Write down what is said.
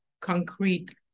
concrete